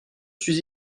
suis